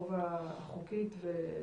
ההנגשה לפי התקן שפשוט תוכל לפענח את הטקסטים